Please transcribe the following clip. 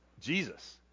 Jesus